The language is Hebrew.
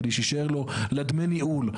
כדי שיישאר לו לדמי הניהול,